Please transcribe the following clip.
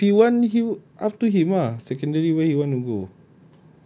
no lah if you want him up to him ah secondary where he want to go